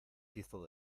hizo